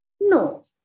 No